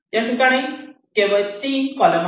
याठिकाणी केवळ 3 कॉलम आहेत